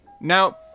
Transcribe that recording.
Now